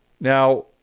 Now